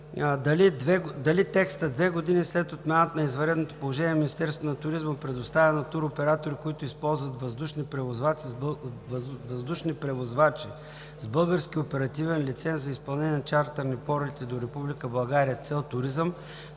дали текстът: „Две години след отмяната на извънредното положение Министерството на туризма предоставя на туроператори, които използват въздушни превозвачи с български оперативен лиценз за изпълнение на чартърни полети до Република